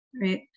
right